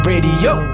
Radio